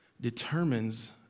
determines